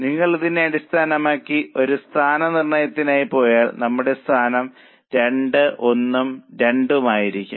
നിങ്ങൾ ഇതിനെ അടിസ്ഥാനമാക്കി ഒരു സ്ഥാനനിർണയത്തിനായി പോയാൽ നമ്മളുടെ സ്ഥാനം 2 ഉം 1 ഉം 2 ഉം ആയിരിക്കും